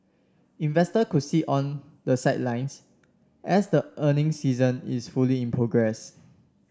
investors could sit on the sidelines as the earnings season is fully in progress